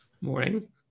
morning